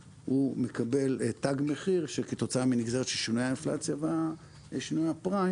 מקבל תג מחיר שכתוצאה מנגזרת של שינויי האינפלציה ושינויי הפריים